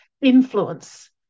influence